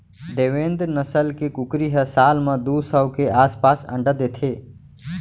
देवेन्द नसल के कुकरी ह साल म दू सौ के आसपास अंडा देथे